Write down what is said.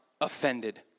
offended